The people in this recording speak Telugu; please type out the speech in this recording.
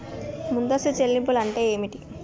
ముందస్తు చెల్లింపులు అంటే ఏమిటి?